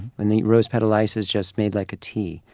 and the rose petal ice is just made like a tea.